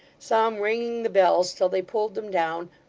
some ringing the bells till they pulled them down,